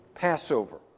Passover